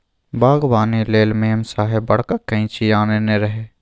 बागबानी लेल मेम साहेब बड़का कैंची आनने रहय